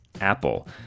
Apple